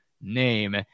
name